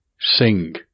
sing